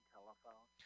Telephone